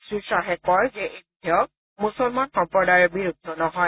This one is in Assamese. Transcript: শ্ৰী খাহে কয় যে এই বিধেয়ক মুছলমান সম্প্ৰদায়ৰ বিৰুদ্ধেও নহয়